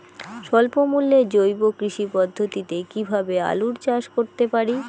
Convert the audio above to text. স্বল্প মূল্যে জৈব কৃষি পদ্ধতিতে কীভাবে আলুর চাষ করতে পারি?